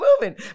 moving